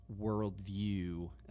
worldview